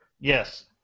Yes